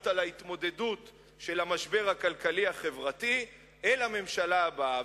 לההתמודדות עם המשבר הכלכלי-חברתי אל הממשלה הבאה.